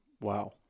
Wow